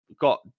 got